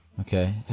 Okay